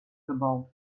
verbaut